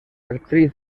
actriz